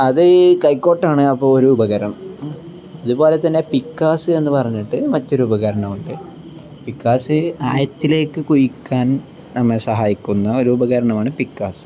അത് കൈക്കോട്ടാണ് അപ്പോൾ ഒരു ഉപകരണം അതുപോലെ തന്നെ പിക്കാസ് എന്ന് പറഞ്ഞിട്ട് മറ്റൊരു ഉപകരണം ഉണ്ട് പിക്കാസ് ആഴത്തിലേക്ക് കുഴിക്കാൻ നമ്മെ സഹായിക്കുന്ന ഒരു ഉപകരണമാണ് പിക്കാസ്